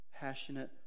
passionate